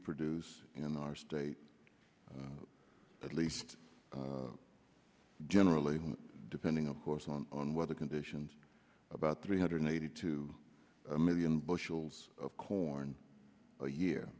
produce in our state at least generally depending of course on weather conditions about three hundred eighty two million bushels of corn a year